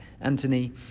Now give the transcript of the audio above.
Anthony